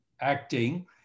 acting